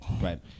Right